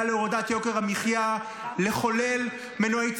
להורדת יוקר המחיה ולחולל מנועי צמיחה.